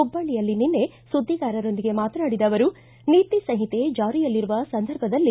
ಹುಬ್ಬಳ್ಳಿಯಲ್ಲಿ ನಿನ್ನೆ ಸುದ್ದಿಗಾರರೊಂದಿಗೆ ಮಾತನಾಡಿದ ಅವರು ನೀತಿ ಸಂಹಿತೆ ಜಾರಿಯಲ್ಲಿರುವ ಸಂದರ್ಭದಲ್ಲಿ